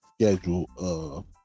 schedule